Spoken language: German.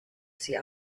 sie